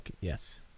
Yes